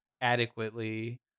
adequately